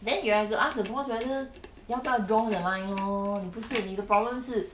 then you have to ask the boss whether 要不要 draw the line lor 你不是你的 problem 是